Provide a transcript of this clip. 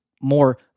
more